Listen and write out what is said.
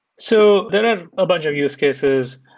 so there are a bunch of use cases.